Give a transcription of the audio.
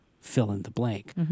fill-in-the-blank